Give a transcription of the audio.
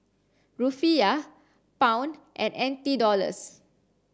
Rufiyaa Pound and N T Dollars